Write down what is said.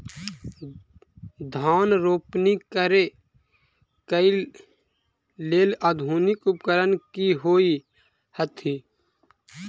धान रोपनी करै कऽ लेल आधुनिक उपकरण की होइ छथि?